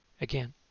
Again